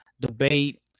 debate